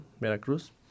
Veracruz